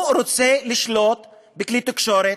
הוא רוצה לשלוט בכלי תקשורת,